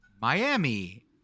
Miami